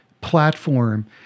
platform